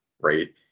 Right